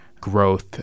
growth